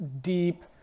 deep